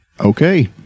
Okay